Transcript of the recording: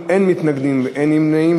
בעד, 30, אין מתנגדים ואין נמנעים.